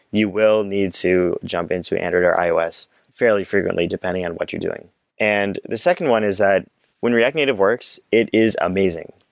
you will need to jump into android or ios fairly frequently depending on what you're doing and the the second one is that when react native works, it is amazing.